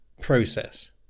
process